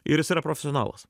ir is yra profesionalas